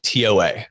TOA